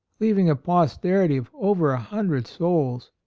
leaving a posterity of over a hundred souls.